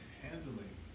handling